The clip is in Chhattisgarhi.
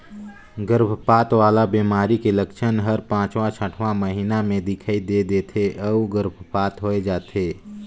गरभपात वाला बेमारी के लक्छन हर पांचवां छठवां महीना में दिखई दे थे अउ गर्भपात होय जाथे